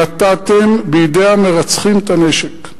נתתם בידי המרצחים את הנשק.